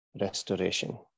restoration